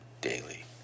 daily